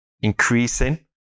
increasing